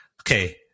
Okay